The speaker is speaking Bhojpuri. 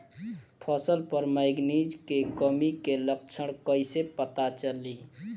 फसल पर मैगनीज के कमी के लक्षण कइसे पता चली?